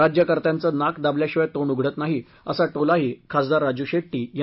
राज्यकर्त्यांचं नाक दाबल्याशिवाय तोंड उघडत नाही असा टोलाही खासदार राजू शेट्टी यांनी लगावला